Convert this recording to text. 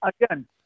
Again